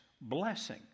blessing